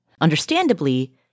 understandably